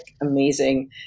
amazing